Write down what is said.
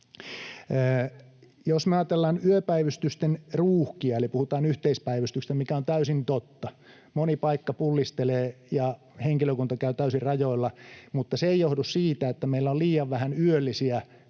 Jos me ajatellaan yöpäivystysten ruuhkia, eli puhutaan yhteispäivystyksestä, niin se on täysin totta. Moni paikka pullistelee, henkilökunta käy täysin rajoilla, mutta se ei johdu siitä, että meillä on liian vähän yöllisiä